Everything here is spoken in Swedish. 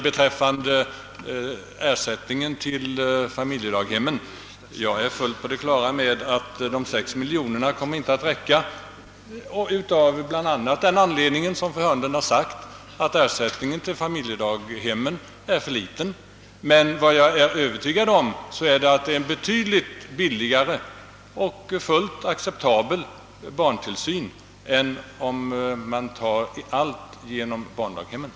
Beträffande ersättningen till familjedaghemmen är jag fullt på det klara med att de sex miljonerna inte kommer att räcka, bland annat av den anledning som fru Hörnlund nämnde, att ersättningen till familjedaghemmen är för liten. Men vad jag är övertygad om är att barntillsynen på detta sätt blir betydligt billigare än om man enbart litar till barndaghemmen, och den blir även fullt acceptabel.